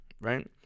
right